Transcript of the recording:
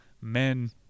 men